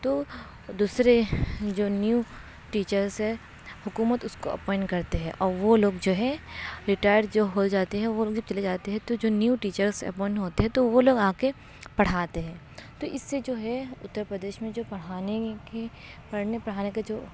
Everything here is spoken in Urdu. تو دوسرے جو نیو ٹیچرس ہے حکومت اس کو اپوائنٹ کرتی ہے اور وہ لوگ جو ہے ریٹائر جو ہو جاتے ہے وہ لوگ جب چلے جاتے ہے تو جو نیو ٹیچرس اپوائنٹ ہوتے ہے تو وہ لوگ آ کے پڑھاتے ہے تو اس سے جو ہے اتر پردیش میں جو پڑھانے کے پڑھنے پڑھانے کے جو